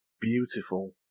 beautiful